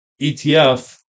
ETF